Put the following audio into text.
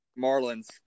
Marlins